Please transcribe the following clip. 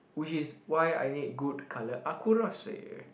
which is why I need good colour accuracy